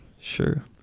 sure